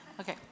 Okay